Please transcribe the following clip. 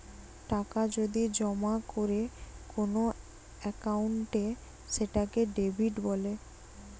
টাকা যদি জমা করে কোন একাউন্টে সেটাকে ডেবিট বলে